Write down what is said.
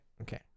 okay